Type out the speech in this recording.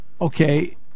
Okay